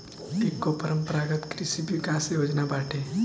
एकेगो परम्परागत कृषि विकास योजना बाटे